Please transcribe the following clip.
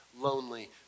lonely